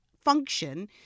function